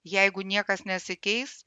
jeigu niekas nesikeis